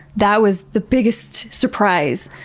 that was the biggest surprise.